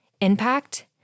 impact